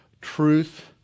truth